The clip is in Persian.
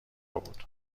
بود